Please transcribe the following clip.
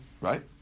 right